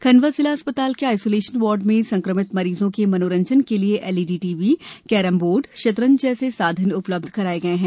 खण्डवा जिला अस्पताल के आइसोलेशन वार्ड में संक्रमित मरीजों के मनोरंजन के लिए एलईडी टीवी केरम बोर्ड शतरंज जैसे साधन उपलब्ध कराये गये है